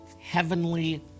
Heavenly